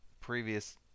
previous